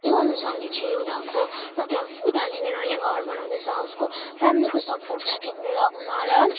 त्यो अनुसारले चाहिँ उनीहरूको एउटा उनीहरूले नयाँ घर बनाउँदैछ उसको फ्यामिलीको सपोर्ट छ त्यो ब्लगमा र